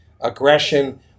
aggression